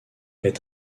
est